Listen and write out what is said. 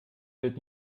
wird